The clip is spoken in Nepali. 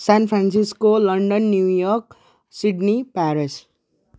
San Francisco London New York Sydney Paris